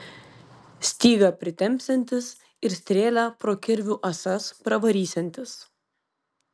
stygą pritempsiantis ir strėlę pro kirvių ąsas pravarysiantis